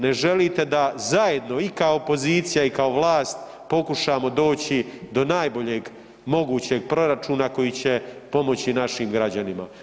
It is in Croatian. Ne želite da zajedno i kao pozicija i kao vlast pokušamo doći do najboljeg mogućeg proračuna koji će pomoći našim građanima.